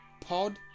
Pod